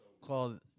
called